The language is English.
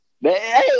Hey